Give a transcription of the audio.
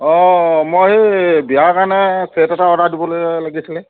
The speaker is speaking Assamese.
অ মই এই বিয়াৰ কাৰণে চেট এটা অৰ্ডাৰ দিবলৈ লাগিছিলে